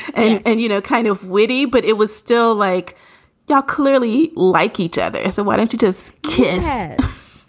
and and, you know, kind of witty. but it was still like dark, clearly like each other. so why don't you just kiss?